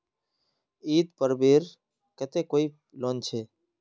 ईद पर्वेर केते कोई लोन छे?